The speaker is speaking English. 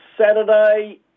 Saturday